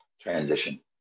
transition